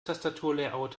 tastaturlayout